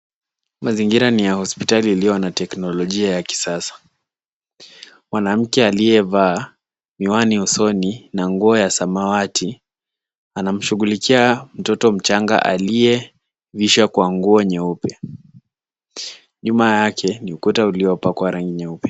Mazingira ni ya hospitali iliyo na teknolojia ya kisasa. Mwanamke aliyevaa miwani usoni na nguo ya samawati anamshughulikia mtoto mchanga aliyevishwa kwa nguo nyeupe. Nyuma yake ni ukuta uliopakwa rangi nyeupe.